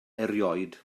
erioed